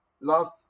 last